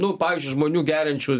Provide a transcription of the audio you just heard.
nu pavyzdžiui žmonių geriančių